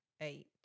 Eight